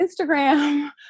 Instagram